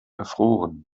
erfroren